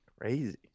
Crazy